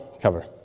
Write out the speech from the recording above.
cover